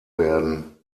werden